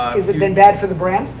has it been bad for the brand?